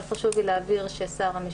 אבל חשוב לי להבהיר שגם